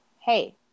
Hey